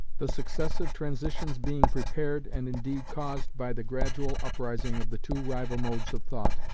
the successive transitions being prepared, and indeed caused, by the gradual uprising of the two rival modes of thought,